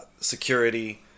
security